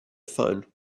phone